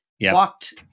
walked